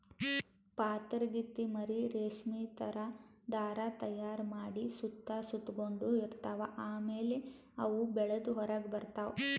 ಪಾತರಗಿತ್ತಿ ಮರಿ ರೇಶ್ಮಿ ಥರಾ ಧಾರಾ ತೈಯಾರ್ ಮಾಡಿ ಸುತ್ತ ಸುತಗೊಂಡ ಇರ್ತವ್ ಆಮ್ಯಾಲ ಅವು ಬೆಳದ್ ಹೊರಗ್ ಬರ್ತವ್